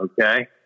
Okay